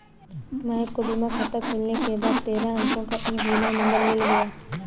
महक को बीमा खाता खुलने के बाद तेरह अंको का ई बीमा नंबर मिल गया